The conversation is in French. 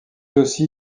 aussi